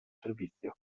servizio